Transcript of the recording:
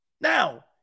Now